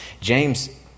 James